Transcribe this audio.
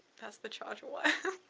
that's the charger wire.